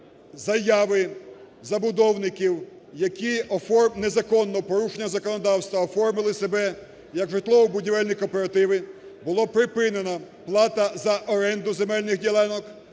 заяви забудовників, які незаконно, в порушення законодавства оформили себе як житлово-будівельні кооперативи, було припинено плату за оренду земельних ділянок,